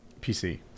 PC